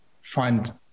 find